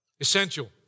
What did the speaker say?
essential